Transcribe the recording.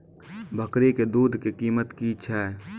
बकरी के दूध के कीमत की छै?